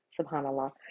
subhanallah